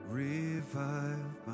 revive